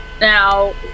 Now